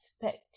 expect